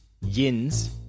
yins